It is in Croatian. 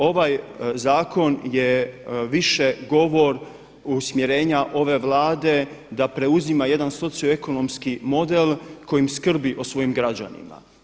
Ovaj zakon je više govor usmjerenja ove Vlade da preuzima jedan socioekonomski model kojim skrbi o svojim građanima.